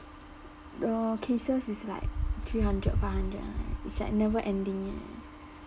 the cases is like three hundred five hundred [one] eh it's like never ending eh